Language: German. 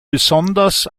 besonders